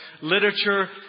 literature